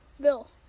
Bill